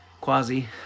Quasi